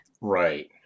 right